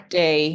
day